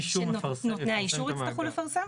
שנותני האישור יצטרכו לפרסם?